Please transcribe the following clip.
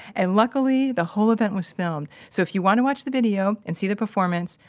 and luckily, the whole event was filmed, so if you wanna watch the video and see the performance,